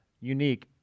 unique